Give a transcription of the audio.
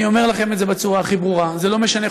אני אומר לכם את זה בצורה הכי ברורה: זה לא משנה,